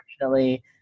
unfortunately